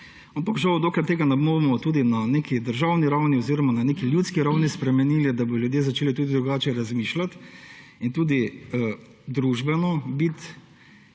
ampak žal, dokler tega ne bomo tudi na neki državni ravni oziroma na neki ljudski ravni spremenili, da bodo ljudje začeli tudi drugače razmišljati in tudi družbeno biti,